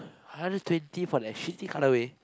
hundred twenty for that shitty colour way